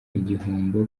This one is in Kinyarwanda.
igihombo